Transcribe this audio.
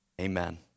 Amen